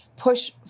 push